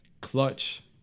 Clutch